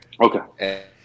Okay